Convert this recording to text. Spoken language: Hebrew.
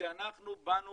וכשאנחנו באנו